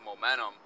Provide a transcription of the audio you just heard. momentum